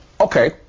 Okay